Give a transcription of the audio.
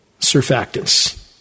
Surfactants